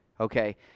Okay